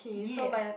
ya